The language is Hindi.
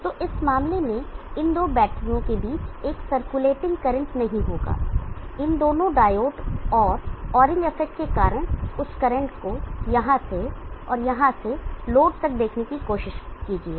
तो इस मामले में इन दो बैटरियों के बीच एक सर्कुलेटिंग करंट नहीं होगा इन दोनों डायोड और ओरिंग इफेक्ट के कारण उस करंट को यहां से और यहां से लोड तक देखने की कोशिश कीजिए